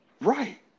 Right